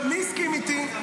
מי הסכים איתי?